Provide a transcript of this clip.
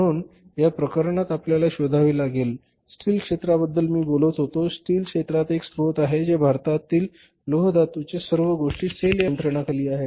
म्हणून या प्रकरणात आपल्याला शोधावे लागेल उदाहरणार्थ स्टील क्षेत्राबद्दल मी बोलत होतो स्टील क्षेत्रात एक स्त्रोत आहे जे भारतातील लोह धातूचे सर्व गोष्टी सेल या कंपनीच्या नियंत्रणाखाली आहेत